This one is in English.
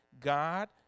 God